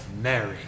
Mary